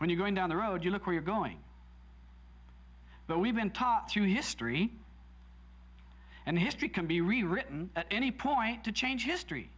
when you're going down the road you look where you're going but we've been taught through history and history can be rewritten at any point to change history